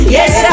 Yes